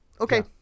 Okay